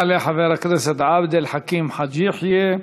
יעלה חבר הכנסת עבד אל חכים חאג' יחיא,